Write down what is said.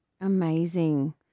Amazing